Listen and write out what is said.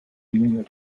ligne